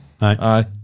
Aye